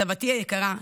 סבתי היקרה,